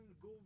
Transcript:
go